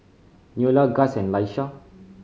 Neola Gust and Laisha